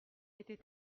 était